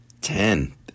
Ten